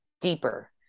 deeper